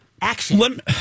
Action